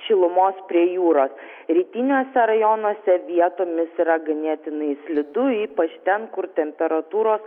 šilumos prie jūros rytiniuose rajonuose vietomis yra ganėtinai slidu ypač ten kur temperatūros